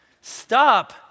Stop